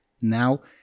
now